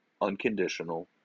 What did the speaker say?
unconditional